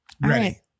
Ready